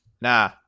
Nah